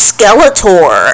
Skeletor